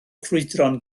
ffrwydron